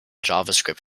javascript